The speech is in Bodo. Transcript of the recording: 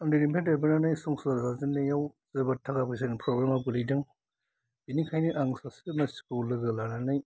उन्दैनिफ्राय देरबोनानै संसार जाजेननायाव जोबोद थाखा फैसानि प्रब्लेमाव गोलैदों बिनिखायनो आं सासे मानसिखौ लोगो लानानै